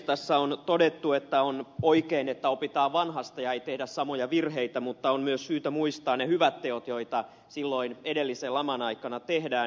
tässä on todettu että on oikein että opitaan vanhasta eikä tehdä samoja virheitä mutta on myös syytä muistaa ne hyvät teot joita silloin edellisen laman aikana tehtiin